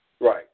Right